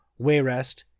Wayrest